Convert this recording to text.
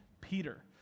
Peter